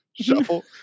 Shuffle